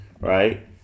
right